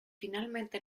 finalmente